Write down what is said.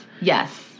yes